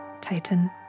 Titan